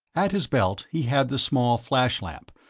at his belt he had the small flashlamp,